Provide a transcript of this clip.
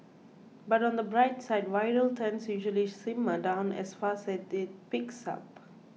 but on the bright side viral tends usually simmer down as fast as it peaks up